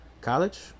college